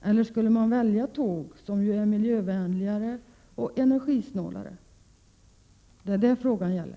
Eller skulle man välja tåg, som är miljövänligare och energisnålare? Det är detta frågan gäller.